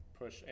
push